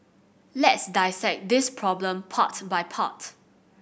let's dissect this problem part by part